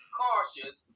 cautious